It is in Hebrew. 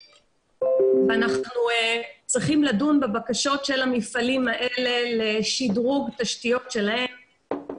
ואנחנו צריכים לדון בבקשות של המפעלים האלה לשדרוג תשתיות שלהם,